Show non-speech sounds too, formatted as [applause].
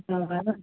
[unintelligible]